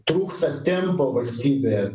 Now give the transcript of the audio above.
trūksta tempo valstybėje